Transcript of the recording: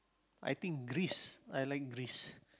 I think Greece I like Greece